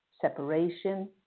separation